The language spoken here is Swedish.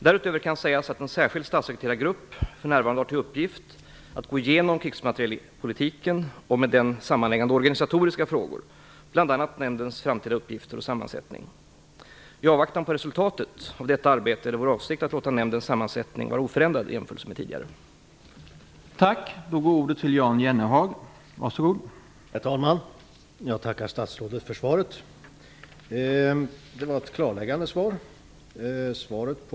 Därutöver kan sägas att en särskild statssekreterargrupp för närvarande har till uppgift att gå igenom krigsmaterielpolitiken och med denna sammanhängande organisatoriska frågor, bl.a. nämndens framtida uppgifter och sammansättning. I avvaktan på resultatet av detta arbete är det vår avsikt att låta nämndens sammansättning vara oförändrad i jämförelse med tidigare.